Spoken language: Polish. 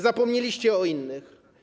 Zapomnieliście o innych.